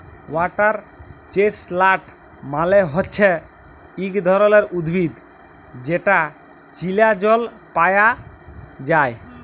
water chestnut মালে হচ্যে ইক ধরণের উদ্ভিদ যেটা চীলা জল পায়া যায়